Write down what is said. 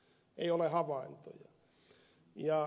ei ole havaintoja